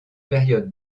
période